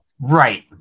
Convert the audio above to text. right